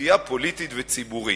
לסוגיה פוליטית וציבורית.